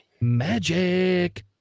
magic